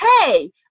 hey